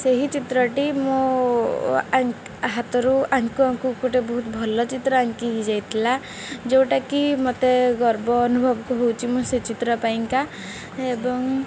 ସେହି ଚିତ୍ରଟି ମୋ ହାତରୁ ଆଙ୍କୁ ଆଙ୍କୁ ଗୋଟିଏ ବହୁତ ଭଲ ଚିତ୍ର ଆଙ୍କି ହୋଇଯାଇଥିଲା ଯେଉଁଟାକି ମୋତେ ଗର୍ବ ଅନୁଭବକୁ ହେଉଛି ମୁଁ ସେ ଚିତ୍ର ପାଇଁକା ଏବଂ